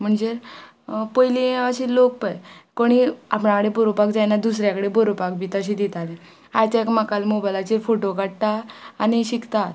म्हणजे पयली अशी लोक पय कोणी आपणा कडेन बरोवपाक जायना दुसऱ्या कडे बरोवपाक बी तशें दिताली आयज एकमेकाल्या मोबायलाचेर फोटो काडटा आनी शिकतात